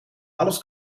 alles